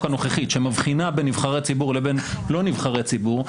הנוכחית שמבחינה בין נבחרי הציבור לבין לא נבחרי ציבור,